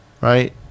Right